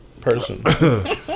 person